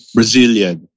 Brazilian